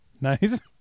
nice